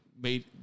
made